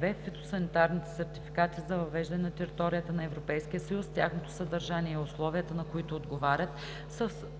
„(2) Фитосанитарните сертификати за въвеждане на територията на Европейския съюз, тяхното съдържание и условията, на които отговарят, са